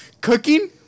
Cooking